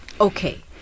Okay